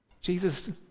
Jesus